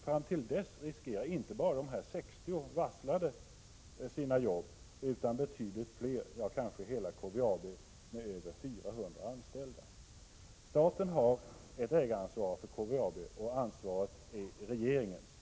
Fram till dess riskerar inte bara de 60 varslade sina jobb utan betydligt fler, ja, kanske hela KVAB med över 400 anställda. Staten har ett ägaransvar för KVAB, och ansvaret är regeringens. Nu Prot.